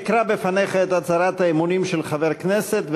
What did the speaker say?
אקרא בפניך את הצהרת האמונים של חבר כנסת,